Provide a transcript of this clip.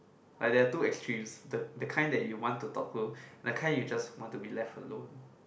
but there are two extremes the the kind that you want to talk to the kind you just want to be left alone